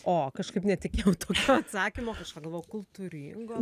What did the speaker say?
o kažkaip netikėjau tokio atsakymo kažką galvojau kultūringo